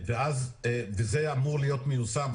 זה אמור להיות מיושם.